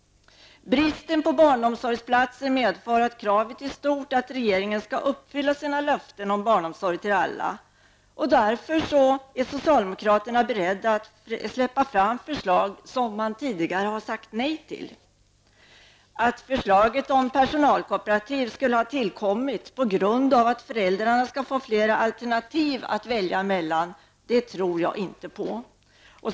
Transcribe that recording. Bristen på barnomsorgsplatser medför att kraven på att regeringen skall uppfylla sina löften om barnomsorg till alla blir stora. Av den anledningen är socialdemokraterna beredda att släppa fram förslag som man tidigare har sagt nej till. Att förslaget om personalkooperativ skulle ha tillkommit på grund av att föräldrarna skall få flera alternativ att välja mellan, tror jag inte på.